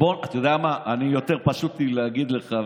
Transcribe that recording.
בוא, אתה יודע מה, יותר פשוט לי להגיד לך,